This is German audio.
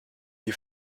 die